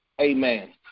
amen